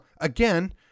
again